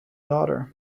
daughter